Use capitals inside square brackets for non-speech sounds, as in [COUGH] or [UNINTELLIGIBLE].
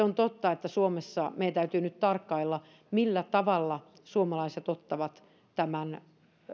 [UNINTELLIGIBLE] on totta että suomessa meidän täytyy nyt tarkkailla millä tavalla suomalaiset ottavat tämän